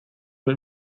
mit